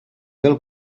del